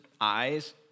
eyes